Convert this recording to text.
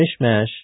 Mishmash